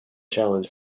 challenge